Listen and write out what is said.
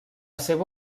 seva